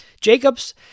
Jacobs